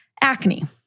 acne